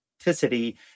authenticity